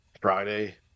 friday